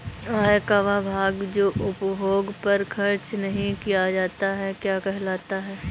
आय का वह भाग जो उपभोग पर खर्च नही किया जाता क्या कहलाता है?